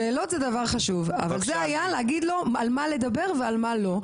שאלות זה דבר חשוב אבל זה היה להגיד לו על מה לדבר ועל מה לא.